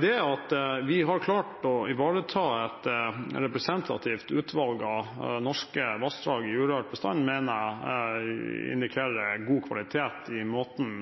Det at vi har klart å bevare et representativt utvalg av norske vassdrag i urørt stand, mener jeg indikerer god kvalitet i måten